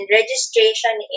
registration